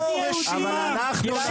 אבל -- (כולם צועקים יחד,